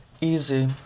Easy